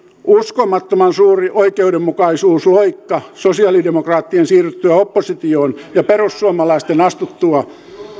uskomattoman suuri oikeudenmukaisuusloikka sosialidemokraattien siirryttyä oppositioon ja perussuomalaisten astuttua